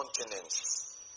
continents